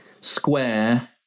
square